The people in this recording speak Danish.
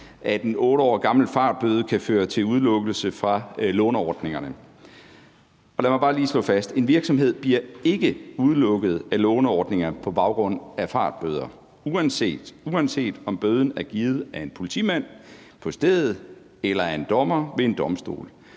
at en 8 år gammel fartbøde kan føre til udelukkelse fra låneordningerne. Lad mig bare lige slå fast: En virksomhed bliver ikke udelukket fra låneordningerne på baggrund af fartbøder, uanset om bøden er givet af en politimand på stedet eller af en dommer ved en domstol,